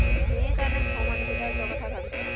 সেইকাৰণে ঘৰ মানুহকেইটা যোৱাৰ কথা ভাবিছোঁ